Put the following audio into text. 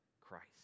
Christ